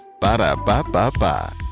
Ba-da-ba-ba-ba